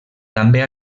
també